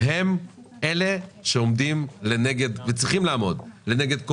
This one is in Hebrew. הם אלה שעומדים וצריכים לעמוד לנגד עיני